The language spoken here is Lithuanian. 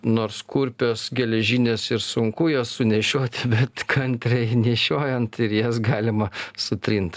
nors kurpės geležinės ir sunku jas sunešioti bet kantriai nešiojant ir jas galima sutrint